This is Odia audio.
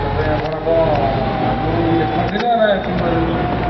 ପେଟ ପାଇଁ ଆପଣ କ'ଣ ଆଗରୁ ଦେଖନ୍ତି ନା ନା ଏବେ ନୂଆ ଦେଖୁଛନ୍ତି